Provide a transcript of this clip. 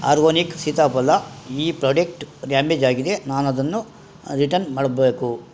organic ಸೀತಾಫಲ ಈ product damage ಆಗಿದೆ ನಾನದನ್ನು ರಿಟರ್ನ್ ಮಾಡಬೇಕು